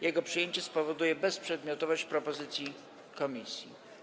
Jego przyjęcie spowoduje bezprzedmiotowość propozycji komisji.